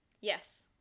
Yes